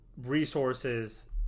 resources